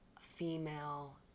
female